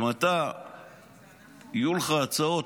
אם יהיו לך הצעות,